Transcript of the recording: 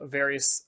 various